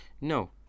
No